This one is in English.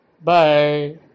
Bye